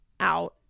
out